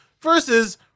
Versus